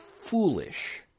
foolish